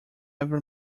ever